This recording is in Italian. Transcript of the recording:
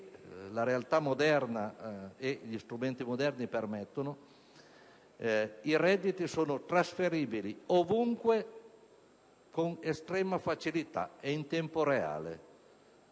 la realtà moderna e gli strumenti moderni permettono, i redditi sono trasferibili ovunque con estrema facilità e in tempo reale.